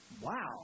wow